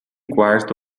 quarto